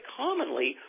commonly